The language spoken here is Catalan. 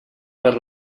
per